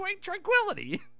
tranquility